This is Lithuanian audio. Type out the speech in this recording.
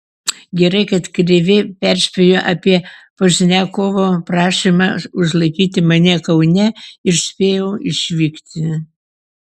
gerai kad krėvė perspėjo apie pozniakovo prašymą užlaikyti mane kaune ir spėjau išvykti